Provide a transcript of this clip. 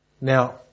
Now